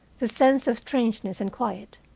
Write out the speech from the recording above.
the sense of strangeness and quiet,